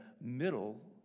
middle